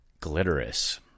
Glitterous